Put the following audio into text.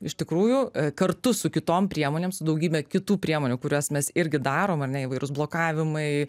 iš tikrųjų kartu su kitom priemonėm su daugybe kitų priemonių kurias mes irgi darom ar ne įvairūs blokavimai